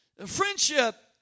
Friendship